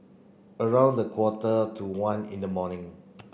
around quarter to one in the morning